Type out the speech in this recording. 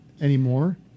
anymore